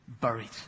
buried